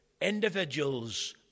individuals